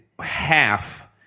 half